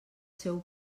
seu